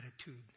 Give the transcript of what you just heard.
attitude